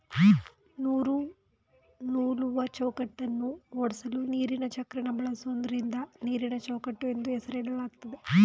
ನೂಲುವಚೌಕಟ್ಟನ್ನ ಓಡ್ಸಲು ನೀರಿನಚಕ್ರನ ಬಳಸೋದ್ರಿಂದ ನೀರಿನಚೌಕಟ್ಟು ಎಂದು ಹೆಸರಿಡಲಾಗಯ್ತೆ